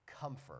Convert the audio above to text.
comfort